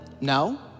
No